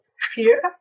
fear